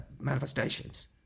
manifestations